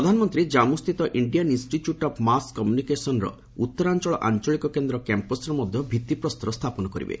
ପ୍ରଧାନମନ୍ତ୍ରୀ ଜାନ୍ମୁ ସ୍ଥିତ Indian institute of mass କମୁନିକେସନ୍ର ଉତ୍ତରାଞ୍ଚଳ ଆଞ୍ଚଳିକ କେନ୍ଦ୍ର କ୍ୟାମ୍ପସ୍ର ମଧ୍ୟ ଭିତ୍ତିପ୍ରସ୍ତର ସ୍ଥାପନ କରିବେ